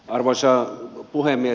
arvoisa puhemies